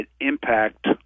impact